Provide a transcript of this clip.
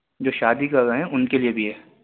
جو شادی کر رہے ہیں ان کے لیے بھی ہے